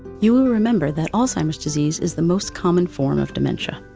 you will remember that alzheimer's disease is the most common form of dementia.